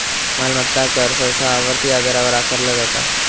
मालमत्ता कर सहसा आवर्ती आधारावर आकारला जाता